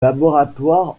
laboratoire